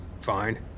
Fine